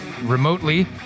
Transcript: remotely